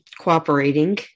cooperating